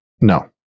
No